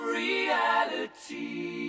reality